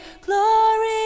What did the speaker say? Glory